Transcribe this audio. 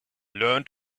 learn